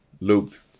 looped